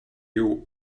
you